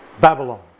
Babylon